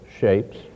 shapes